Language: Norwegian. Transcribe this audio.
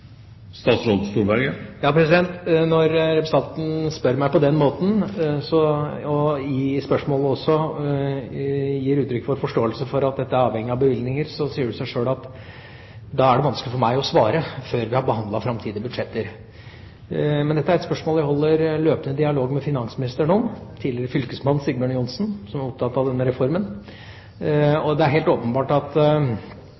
Når representanten spør meg på den måten, og i spørsmålet også gir uttrykk for forståelse for at dette er avhengig av bevilgninger, sier det seg sjøl at da er det vanskelig for meg å svare før vi har behandlet framtidige budsjetter. Men dette er et spørsmål jeg holder løpende dialog med finansministeren om, tidligere fylkesmann Sigbjørn Johnsen, som er opptatt av denne reformen.